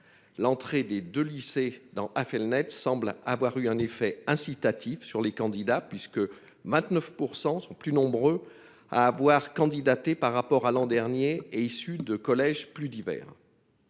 L'entrée des deux lycées dans a fait le Net semble avoir eu un effet incitatif sur les candidats puisque maintenant % sont plus nombreux à avoir candidaté par rapport à l'an dernier et issus de collèges plus divers.